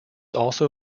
also